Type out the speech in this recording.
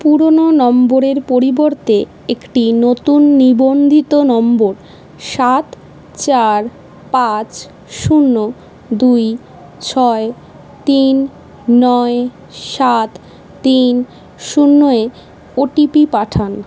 পুরনো নম্বরের পরিবর্তে একটি নতুন নিবন্ধিত নম্বর সাত চার পাঁচ শূন্য দুই ছয় তিন নয় সাত তিন শূন্য এ ওটিপি পাঠান